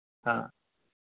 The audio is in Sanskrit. हा